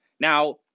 Now